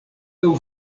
laŭ